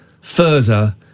further